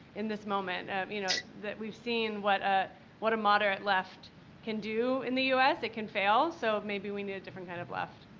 in this moment. you know, that we've seen what ah what a moderate left can do in the us, it can fail. so maybe we need a different kind of left.